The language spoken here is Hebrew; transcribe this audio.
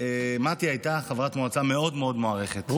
מטי הייתה חברת מועצה מאוד מאוד מוערכת,